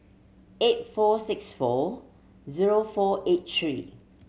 eight four six four zero four eight three